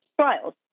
trials